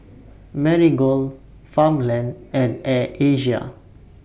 Marigold Farmland and Air Asia